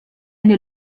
eine